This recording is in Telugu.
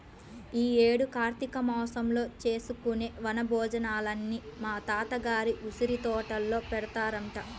యీ యేడు కార్తీక మాసంలో చేసుకునే వన భోజనాలని మా తాత గారి ఉసిరితోటలో పెడతారంట